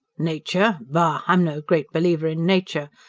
nature? bah! i am no great believer in nature,